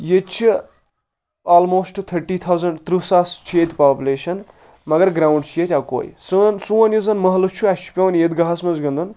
ییٚتہِ چھِ almost تھٹی تھوزَنڈ تٕرٕہ ساس چھِ ییٚتہِ پاپولیشن مگر گراونٛد چھِ ییٚتہِ اکوے سٲن سون یُس زن محلہٕ چھُ اسہِ چھُ پٮ۪وان عیٖدگاہس منٛز گِنٛدُن